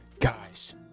guys